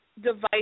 device